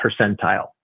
percentile